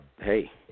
hey